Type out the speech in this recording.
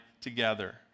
together